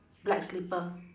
black slipper